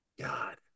God